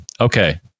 okay